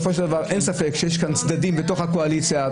אין ספק שיש כאן צדדים בתוך הקואליציה.